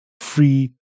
free